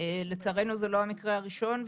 לצערנו זה לא המקרה הראשון.